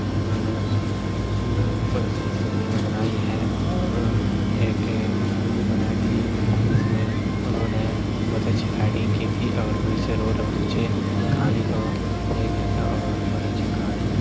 انہوں نے بہت اچھی اچھی فلمیں بنائی ہے اور ایک مووی بنائی تھی جس میں انہوں نے بہت اچھی فائٹنگ کی تھی اور بہت اچھے رول بہت اچھے کہانی کو پلے کیا تھا اور بہت اچھی کہانی